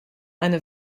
eine